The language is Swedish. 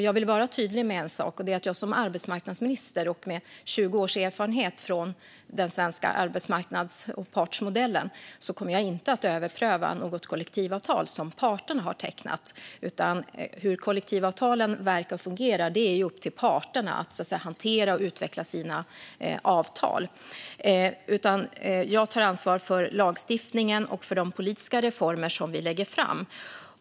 Jag vill vara tydlig med en sak, och det är att jag som arbetsmarknadsminister och med 20 års erfarenhet av den svenska arbetsmarknads och partsmodellen inte kommer att överpröva något kollektivavtal som parterna har tecknat. Hur kollektivavtalen verkar och fungerar är upp till parterna att hantera och utveckla. Jag tar ansvar för lagstiftningen och för de politiska reformer som vi lägger fram.